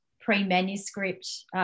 pre-manuscript